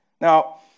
Now